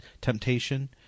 temptation